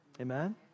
Amen